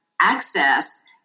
Access